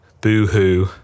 Boo-hoo